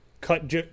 Cut